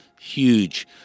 huge